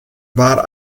war